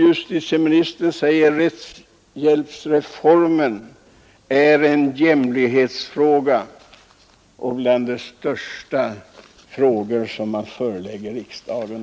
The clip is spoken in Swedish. Justitieministern säger att rättshjälpsreformen är en jämlikhetsfråga och en av de största frågor som man nu förelägger riksdagen.